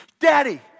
daddy